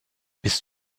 bist